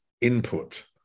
input